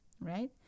right